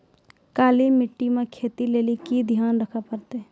काली मिट्टी मे खेती लेली की ध्यान रखे परतै?